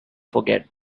forget